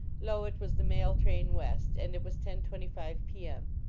lo, it was the mail train west, and it was ten twenty five i. m.